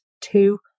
two